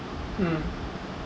mm